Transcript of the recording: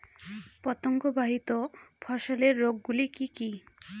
পতঙ্গবাহিত ফসলের রোগ গুলি কি কি?